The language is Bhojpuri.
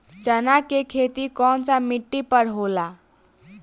चन्ना के खेती कौन सा मिट्टी पर होला?